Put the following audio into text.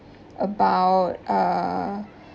about uh